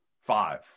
Five